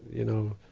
you know,